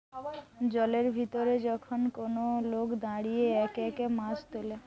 জলের ভিতরে যখন কোন লোক দাঁড়িয়ে একে একে মাছ তুলে